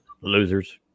Losers